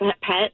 pet